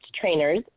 trainers